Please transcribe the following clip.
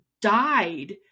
died